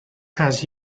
has